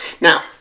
Now